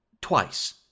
twice